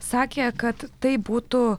sakė kad tai būtų